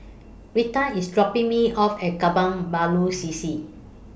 Reatha IS dropping Me off At Kebun Baru C C